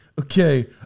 Okay